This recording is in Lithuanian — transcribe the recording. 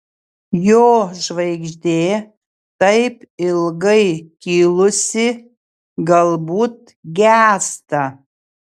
jo žvaigždė taip ilgai kilusi galbūt gęsta